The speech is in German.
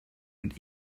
mit